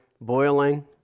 boiling